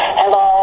hello